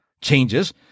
changes